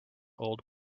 old